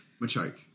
Machoke